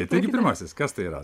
taigi pirmasis kas tai yra